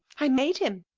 i made him.